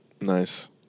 nice